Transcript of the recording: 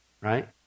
Right